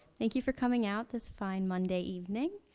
thank you for coming out this fine monday evening.